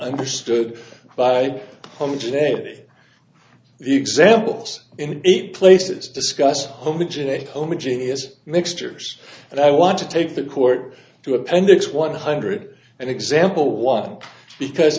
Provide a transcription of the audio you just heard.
understood by home today examples in a places discuss homage in a homogeneous mixtures and i want to take the court to appendix one hundred and example one because